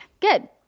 Good